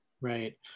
Right